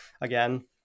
again